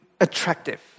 attractive